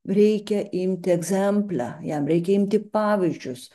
reikia imti egzemple jam reikia imti pavyzdžius